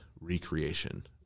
recreation